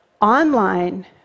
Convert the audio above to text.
online